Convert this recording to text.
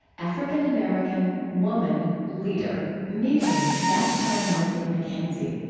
african-american, woman, leader meeting vashti murphy mckenzie.